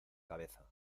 cabeza